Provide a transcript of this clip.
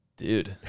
dude